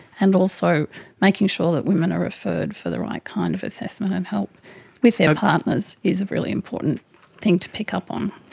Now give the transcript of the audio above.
and also making sure that women are referred for the right kind of assessment and help with their partners is a really important thing to pick up on.